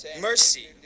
Mercy